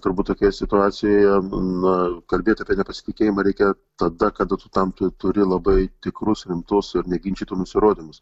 turbūt tokioje situacijoje na kalbėti apie nepasitikėjimą reikia tada kada tu tam tu turi labai tikrus rimtus ir neginčytinus įrodymus